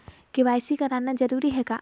KYC कराना जरूरी है का?